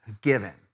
given